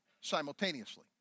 simultaneously